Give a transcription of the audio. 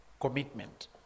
Commitment